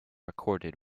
recorded